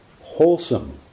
wholesome